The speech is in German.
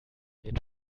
den